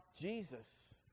Jesus